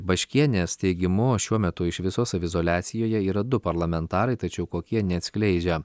baškienės teigimu šiuo metu iš viso saviizoliacijoje yra du parlamentarai tačiau kokie neatskleidžia